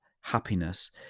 happiness